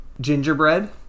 gingerbread